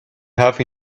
have